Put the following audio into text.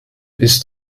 ist